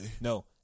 No